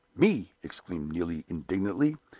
me! exclaimed neelie, indignantly.